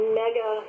mega